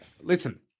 listen